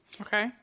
Okay